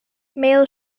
male